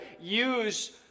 use